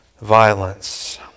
violence